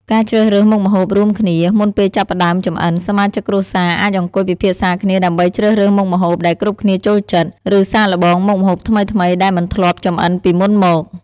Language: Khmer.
ការជ្រើសរើសមុខម្ហូបរួមគ្នា មុនពេលចាប់ផ្តើមចម្អិន សមាជិកគ្រួសារអាចអង្គុយពិភាក្សាគ្នាដើម្បីជ្រើសរើសមុខម្ហូបដែលគ្រប់គ្នាចូលចិត្ត ឬសាកល្បងមុខម្ហូបថ្មីៗដែលមិនធ្លាប់ចម្អិនពីមុនមក ។